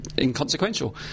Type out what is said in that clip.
inconsequential